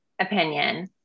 opinion